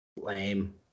Lame